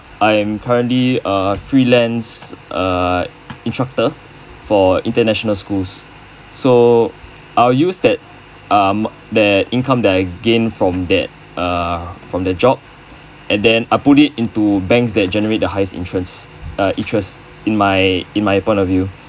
I'm currently a freelance err instructor for international schools so I'll use that um that income that I gained from that err from the job and then I put it into banks that generate the high interes~ uh interest in my in my point of view